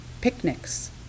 picnics